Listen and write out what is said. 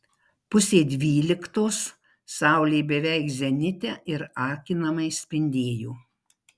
pusė dvyliktos saulė beveik zenite ir akinamai spindėjo